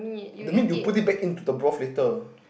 the meat you put it back in to the broth later